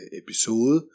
episode